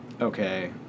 okay